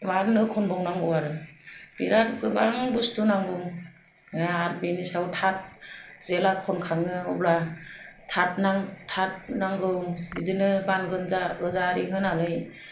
आरो नो खनबावनांगौ आरो बिराद गोबां बुस्थु नांगौ आरो बेनि सायाव थाथ जेब्ला खनखाङो अब्ला थाथनां थाथ नांगौ बिदिनो बानगोजा आरि होनानै